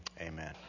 Amen